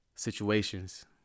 situations